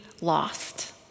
lost